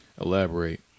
Elaborate